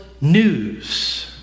news